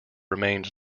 remained